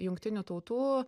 jungtinių tautų